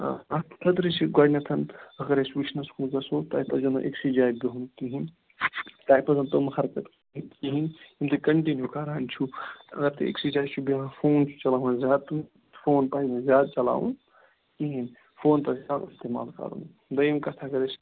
آ اَتھ خٲطرٕ چھِ گۄڈٕنٮ۪تھ اَگر أسۍ وُچھنَس کُن گژھَو تۄہہِ پزیٚو نہٕ أکۍ سٕے جایہِ بِہُن کِہیٖنۍ تۄہہِ پَزَن تٔم حرکَت کَرٕنۍ یِم یِم تُہۍ کَنٹِنیوٗ کران چھُو اَگر تُہۍ أکۍ سٕے جایہِ چھُو بہوان فون چھُو چلاوان زیادٕ فون پَزِ نہٕ زیادٕ چلاوُن کِہیٖنۍ فون پَزِ کَم استعمال کَرُن دۄیِم کَتھ اَگر أسۍ